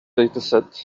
dataset